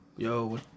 Yo